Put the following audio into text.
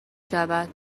شود